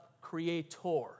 creator